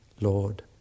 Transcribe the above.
Lord